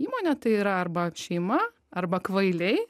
įmonę tai yra arba šeima arba kvailiai